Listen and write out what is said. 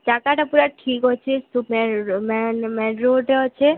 ଜାଗାଟା ପୁରା ଠିକ୍ ଅଛି ସୁ ମେନ୍ ରୋଡ଼୍ରେ ଅଛି